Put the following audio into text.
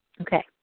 okay